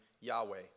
Yahweh